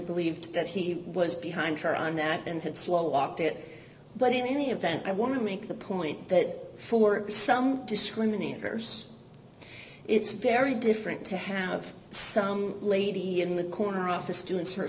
believed that he was behind her on that and had slow walked it but in any event i want to make the point that for some discriminators it's very different to have some lady in the corner office students her